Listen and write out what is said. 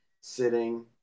sitting